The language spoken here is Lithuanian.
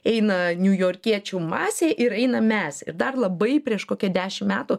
eina niujorkiečių masė ir einam mes ir dar labai prieš kokia dešim metų